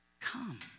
come